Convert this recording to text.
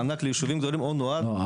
מענק לישובים גדולים הוא נועד --- לא,